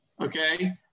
Okay